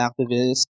activist